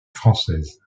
française